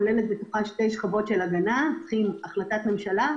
שכוללת בתוכה שתי שכבות של הגנה: החלטת ממשלה,